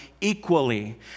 equally